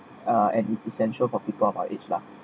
uh and it's essential for people of my age lah